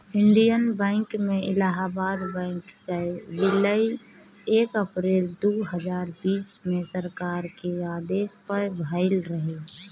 Indian bank में Allahabad bank कअ विलय एक अप्रैल दू हजार बीस में सरकार के आदेश पअ भयल रहे